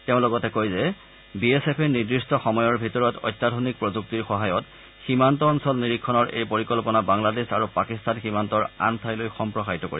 তেওঁ লগতে কয় যে বি এছ এফে নিৰ্দিষ্ট সময়ৰ ভিতৰত অত্যাধুনিক প্ৰযুক্তিৰ সহায়ত সীমান্ত অঞ্চল নিৰীক্ষণৰ এই পৰিকল্পনা বাংলাদেশ আৰু পাকিস্তান সীমান্তৰ আন ঠাইলৈ সম্প্ৰসাৰিত কৰিব